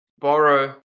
borrow